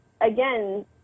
again